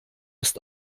ist